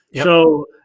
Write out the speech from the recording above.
So-